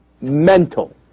mental